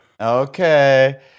Okay